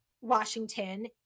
Washington